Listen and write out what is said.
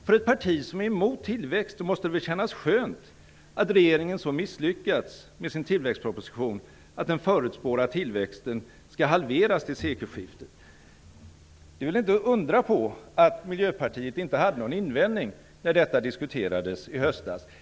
För ett parti som är emot tillväxt måste det väl kännas skönt att regeringen så misslyckats med sin tillväxtproposition att den förutspår att tillväxten skall halveras till sekelskiftet. Det är väl inte att undra på att Miljöpartiet inte hade någon invändning när detta diskuterades i höstas.